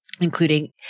including